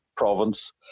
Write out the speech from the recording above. province